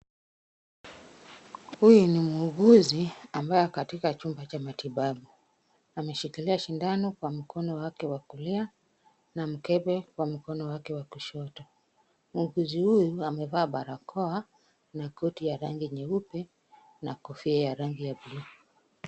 Huyu ni muuguzi ambaye ako katika chumba cha matibabu. Ameshikilia shindano kwa mkono wake wa kulia, na mkebe kwa mkono wake wa kushoto. Muuguzi huyu amevaa barakoa na koti ya rangi nyeupe na kofia ya rangi ya buluu.